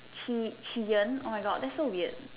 Chee Cheeon oh my God that's so weird